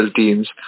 teams